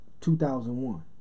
2001